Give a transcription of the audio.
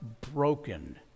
broken